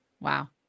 Wow